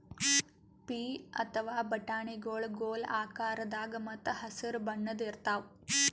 ಪೀ ಅಥವಾ ಬಟಾಣಿಗೊಳ್ ಗೋಲ್ ಆಕಾರದಾಗ ಮತ್ತ್ ಹಸರ್ ಬಣ್ಣದ್ ಇರ್ತಾವ